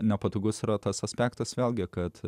nepatogus yra tas aspektas vėlgi kad